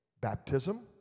Baptism